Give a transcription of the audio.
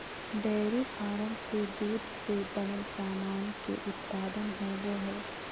dairy farm से दूध से बनल सामान के उत्पादन होवो हय